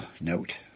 note